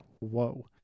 whoa